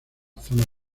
zona